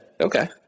Okay